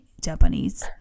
Japanese